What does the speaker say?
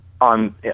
On